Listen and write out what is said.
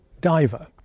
diver